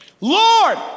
Lord